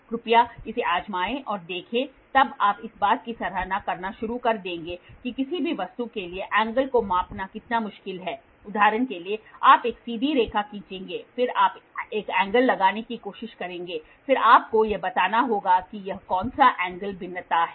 कृपया इसे आजमाएं और देखें तब आप इस बात की सराहना करना शुरू कर देंगे कि किसी भी वस्तु के लिए एंगल को मापना कितना मुश्किल है उदाहरण के लिए आप एक सीधी रेखा खींचेंगे फिर आप एक एंगल लगाने की कोशिश करेंगे फिर आपको यह बताना होगा कि यह कौन सा एंगल भिन्नता है